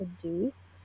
produced